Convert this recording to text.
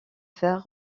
fer